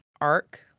arc